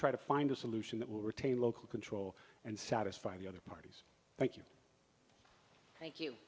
try to find a solution that will retain local control and satisfy the other party's thank you thank you